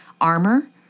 armor